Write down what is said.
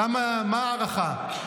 מה הערכה?